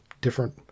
different